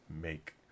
make